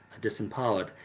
disempowered